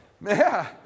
Man